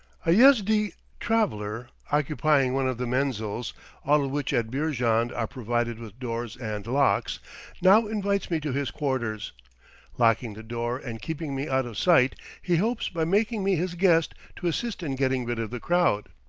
a yezdi traveller, occupying one of the menzils all of which at beeriand are provided with doors and locks now invites me to his quarters locking the door and keeping me out of sight, he hopes by making me his guest to assist in getting rid of the crowd.